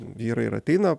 vyrai ir ateina